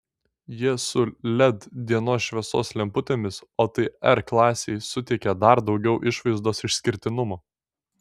jie su led dienos šviesos lemputėmis o tai r klasei suteikia dar daugiau išvaizdos išskirtinumo